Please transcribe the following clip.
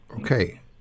Okay